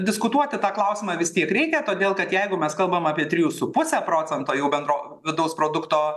diskutuoti tą klausimą vis tiek reikia todėl kad jeigu mes kalbam apie trijų su puse procento jau bendro vidaus produkto